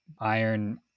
Iron